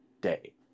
day